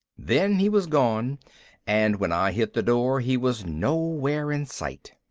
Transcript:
then he was gone and when i hit the door he was nowhere in sight.